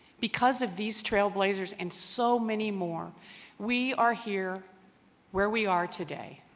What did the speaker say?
because of these trailblazers and so many more we are here where we are today